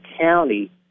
county